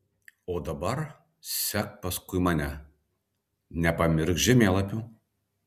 o dabar sek paskui mane nepamiršk žemėlapių